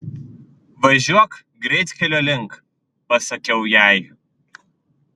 važiuok greitkelio link pasakiau jai